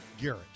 Garrett